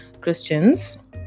christians